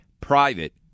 private